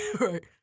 right